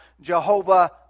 Jehovah